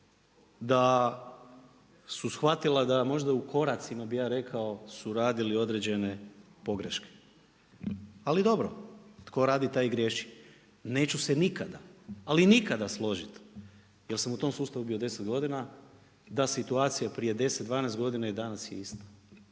da su shvatila da su možda u koracima, bi ja rekao, su radili određene pogreške, ali dobro. Tko radi taj i griješi. Neću se nikada, ali nikada složiti jer sam u tom sustavu bio 10 godina, ta situacija prije 10, 12 godina i danas je ista.